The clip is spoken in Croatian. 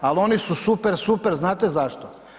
Ali oni su super super, znate zašto?